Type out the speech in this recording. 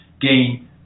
gain